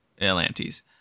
Atlantis